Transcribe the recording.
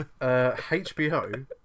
HBO